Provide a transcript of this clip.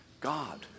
God